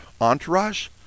entourage